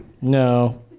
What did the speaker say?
No